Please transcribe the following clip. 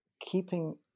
keeping